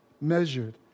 measured